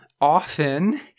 often